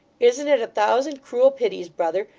isn't it a thousand cruel pities, brother,